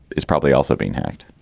is probably also being hacked